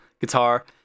guitar